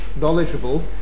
knowledgeable